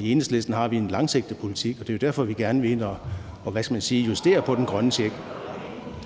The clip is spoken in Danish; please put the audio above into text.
I Enhedslisten har vi en langsigtet politik, og det er jo derfor, vi gerne vil ind og justere på den grønne check.